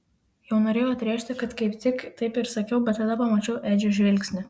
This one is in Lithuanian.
jau norėjau atrėžti kad kaip tik taip ir sakiau bet tada pamačiau edžio žvilgsnį